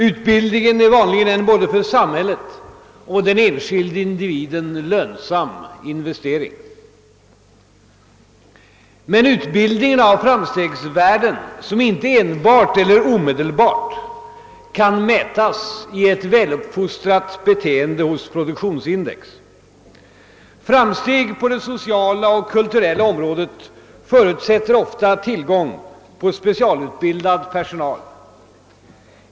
Utbildningen är vanligen, både för samhället och den enskilde individen, en lönsam investering. Men utbildningen har framstegsvärden som inte enbart eller omedelbart kan mätas i ett väluppfostrat beteende hos produktionsindex. Framsteg på de sociala och kulturella områdena förutsätter ofta tillgång till specialutbildad personal.